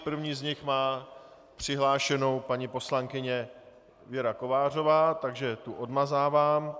První z nich má přihlášenou paní poslankyně Věra Kovářová, takže tu odmazávám.